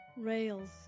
rails